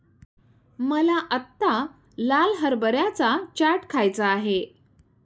मला आत्ता लाल हरभऱ्याचा चाट खायचा आहे